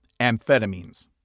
amphetamines